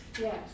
Yes